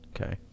Okay